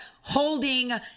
holding